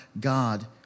God